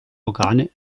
organe